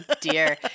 dear